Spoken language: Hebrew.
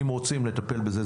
אם רוצים לטפל בזה,